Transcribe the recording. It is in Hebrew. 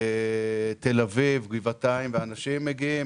תל-אביב, גבעתיים, ואנשים מגיעים.